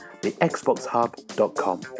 thexboxhub.com